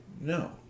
No